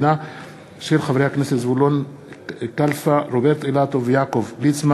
תשובת שר האוצר חבר הכנסת יאיר לפיד על